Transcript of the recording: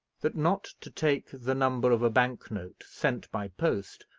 that, not to take the number of a bank-note, sent by post,